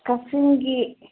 ꯀꯛꯆꯤꯡꯒꯤ